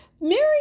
Mary